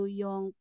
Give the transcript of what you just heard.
yung